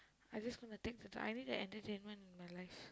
I just want to take the dog I need the entertainment in my life